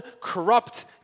corrupt